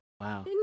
wow